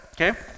Okay